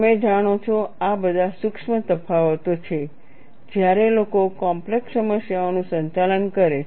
તમે જાણો છો આ બધા સૂક્ષ્મ તફાવતો છે જ્યારે લોકો કોમ્પ્લેક્ષ સમસ્યાઓનું સંચાલન કરે છે